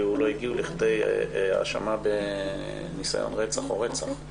הם אפילו לא הגיעו לכדי האשמה בניסיון רצח או רצח,